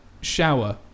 shower